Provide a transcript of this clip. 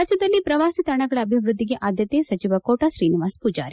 ರಾಜ್ಯದಲ್ಲಿ ಪ್ರವಾಸಿತಾಣಗಳ ಅಭಿವೃದ್ದಿಗೆ ಆದ್ದತೆ ಸಚಿವ ಕೋಟಾ ತ್ರೀನಿವಾಸ ಪೂಜಾರಿ